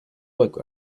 work